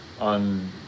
on